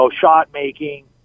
shot-making